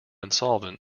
insolvent